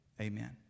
Amen